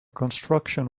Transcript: construction